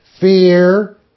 fear